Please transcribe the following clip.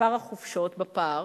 מספר החופשות בפער,